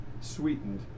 sweetened